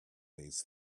these